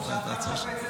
שומעים גם ככה.